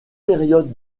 périodes